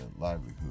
livelihood